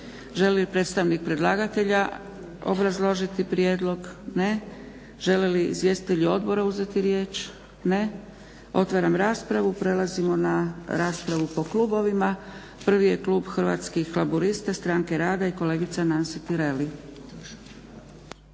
Želi li predstavnik predlagatelja obrazložiti prijedlog? Ne. Želi li izvjestitelji odbora uzeti riječ? Ne. Otvaram raspravu. Prelazimo na raspravu po klubovima. Prvi je Klub Hrvatskih laburista-stranke rada i kolegica Nansi Tireli.